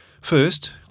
First